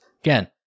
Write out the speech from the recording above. Again